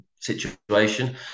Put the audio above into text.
Situation